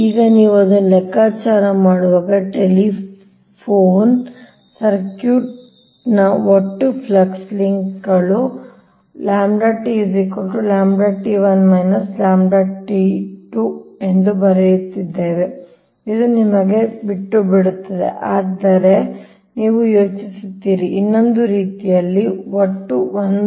ಈಗ ನೀವು ಅದನ್ನು ಮಾಡುವಾಗ ಟೆಲಿಫೋನ್ ಸರ್ಕ್ಯೂಟ್ ನ ಒಟ್ಟು ಫ್ಲಕ್ಸ್ ಲಿಂಕ್ಗಳು ನಾವು ಬರೆಯುತ್ತಿದ್ದೇವೆ ಇದು ನಿಮಗೆ ಬಿಟ್ಟುಬಿಡುತ್ತದೆ ಆದರೆ ನೀವು ಯೋಚಿಸುತ್ತೀರಿ ಇನ್ನೊಂದು ರೀತಿಯಲ್ಲಿ ಒಟ್ಟು ಒಂದು